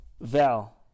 Val